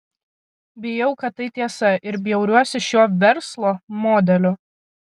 bijau kad tai tiesa ir bjauriuosi šiuo verslo modeliu